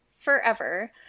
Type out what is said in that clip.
Forever